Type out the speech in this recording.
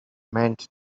meant